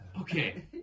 Okay